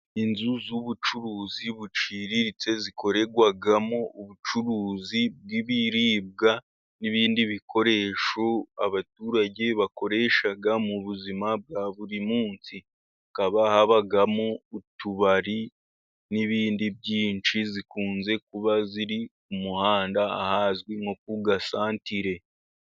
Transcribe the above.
Inzu z'ubucuruzi buciriritse, zikorerwamo ubucuruzi bw'ibiribwa n'ibindi bikoresho, abaturage bakoresha mu buzima bwa buri munsi, hakaba habamo utubari n'ibindi byinshi, zikunze kuba ziri ku muhanda ahazwi nko ku gasatere.